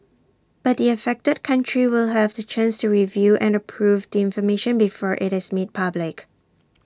but the affected country will have the chance to review and approve the information before IT is made public